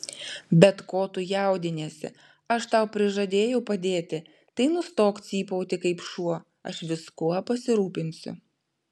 bet ko tu jaudiniesi aš tau prižadėjau padėti tai nustok cypauti kaip šuo aš viskuo pasirūpinsiu